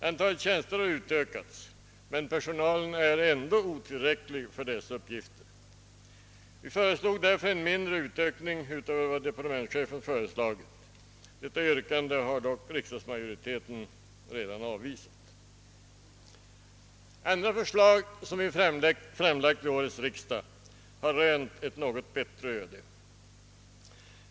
Antalet tjänster har utökats, men personalen är ändå otillräcklig för dessa uppgifter. Vi föreslog därför en mindre ökning utöver vad departementschefen föreslagit. Detta yrkande har dock riksdagsmajoriteten redan avvisat. Andra förslag som vi framlagt vid årets riksdag har rönt ett något bättre öde.